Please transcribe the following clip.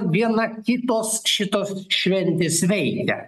viena kitos šitos šventės veikia